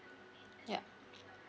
yup